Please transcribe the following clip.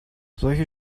solche